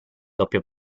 doppio